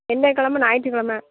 என்ன கெழம ஞாயிற்று கெழம